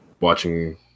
watching